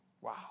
Wow